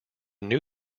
new